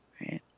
right